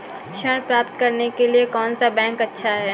ऋण प्राप्त करने के लिए कौन सा बैंक अच्छा है?